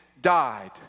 died